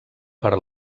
per